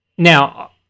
Now